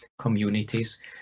communities